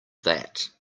that